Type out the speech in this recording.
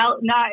no